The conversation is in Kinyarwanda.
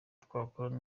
twakora